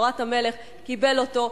"תורת המלך" קיבל אותו.